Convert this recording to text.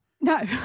No